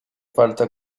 falta